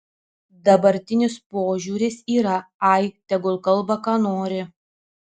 dabartinis požiūris yra ai tegul kalba ką nori